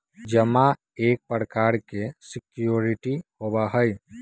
जमा एक प्रकार के सिक्योरिटी होबा हई